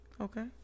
Okay